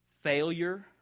Failure